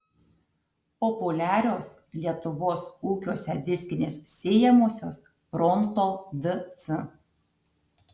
populiarios lietuvos ūkiuose diskinės sėjamosios pronto dc